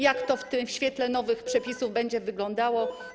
Jak to w świetle nowych przepisów będzie wyglądało?